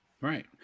Right